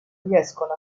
riescono